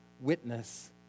witness